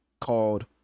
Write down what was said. called